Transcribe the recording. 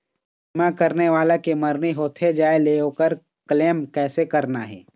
बीमा करने वाला के मरनी होथे जाय ले, ओकर क्लेम कैसे करना हे?